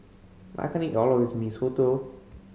I can't eat all of this Mee Soto